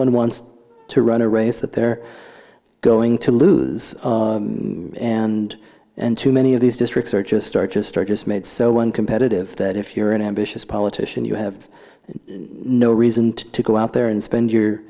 one wants to run a race that they're going to lose and and too many of these districts are just start to start just made so one competitive that if you're an ambitious politician you have no reason to go out there and spend your